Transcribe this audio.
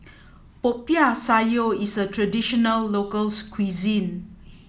popiah sayur is a traditional local cuisine